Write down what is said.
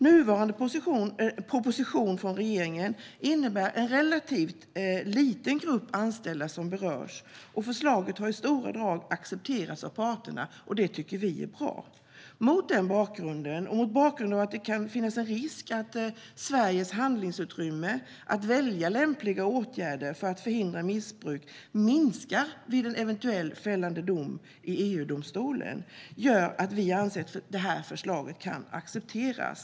Nuvarande proposition från regeringen innebär att en relativt liten grupp anställda berörs, och förslaget har i stora drag accepterats av parterna. Det tycker vi är bra. Mot bakgrund av att det kan finnas en risk att Sveriges handlingsutrymme att välja lämpliga åtgärder för att förhindra missbruk minskar vid en eventuell fällande dom i EU-domstolen anser vi att förslaget kan accepteras.